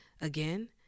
again